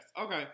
Okay